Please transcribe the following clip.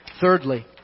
Thirdly